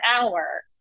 hour